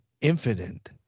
infinite